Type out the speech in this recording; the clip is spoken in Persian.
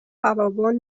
فراوان